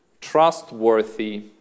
trustworthy